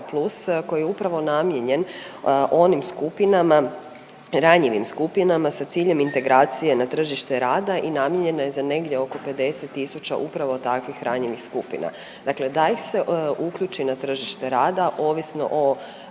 plus koji je upravo namijenjen onim skupinama, ranjivim skupinama sa ciljem integracije na tržište rada i namijenjeno je za negdje oko 50 000 upravo takvih ranjivih skupina. Dakle, da ih se uključi na tržište rada ovisno o